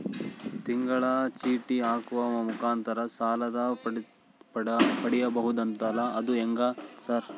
ತಿಂಗಳ ಚೇಟಿ ಹಾಕುವ ಮುಖಾಂತರ ಸಾಲ ಪಡಿಬಹುದಂತಲ ಅದು ಹೆಂಗ ಸರ್?